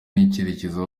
n’icyerekezo